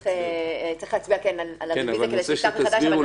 צריך להצביע על --- כן, אבל אני רוצה שתסבירו